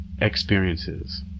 experiences